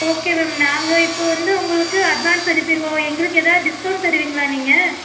okay ma'am நாங்கள் இப்போ வந்து உங்களுக்கு அட்வான்ஸ் அனுப்பிடுவோம் எங்களுக்கு ஏதாவது டிஸ்கவுண்ட் தருவீங்களா நீங்கள்